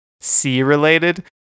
sea-related